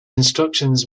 instructions